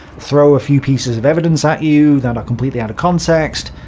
throw a few pieces of evidence at you that are completely out of context,